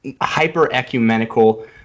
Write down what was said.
hyper-ecumenical